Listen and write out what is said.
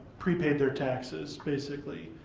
prepaid their taxes, basically.